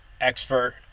expert